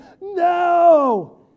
no